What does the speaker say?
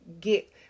get